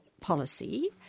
policy